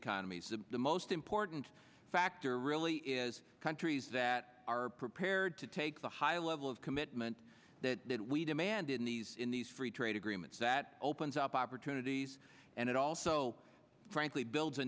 economies of the most important factor really is countries that are prepared to take the high level of commitment that we demand in these in these free trade agreements that opens up opportunities and it also frankly builds a